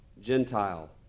Gentile